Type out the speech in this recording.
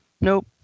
Nope